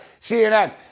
CNN